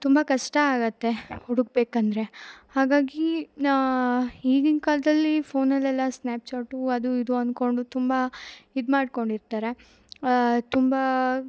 ತುಂಬ ಕಷ್ಟ ಆಗುತ್ತೆ ಹುಡುಕಬೇಕಂದ್ರೆ ಹಾಗಾಗಿ ನಾ ಈಗಿನ ಕಾಲದಲ್ಲಿ ಫೋನ್ಲೆಲ್ಲ ಸ್ನಾಪ್ಚಾಟು ಅದು ಇದು ಅನ್ಕೊಂಡು ತುಂಬ ಇದು ಮಾಡಿಕೊಂಡಿರ್ತಾರೆ ತುಂಬ